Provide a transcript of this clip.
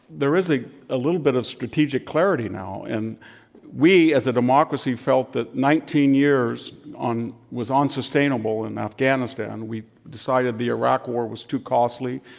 there is a a little bit of strategic clarity now and we, as a democracy, felt that nineteen years on was unsustainable in afghanistan. we decided the iraq war was too costly.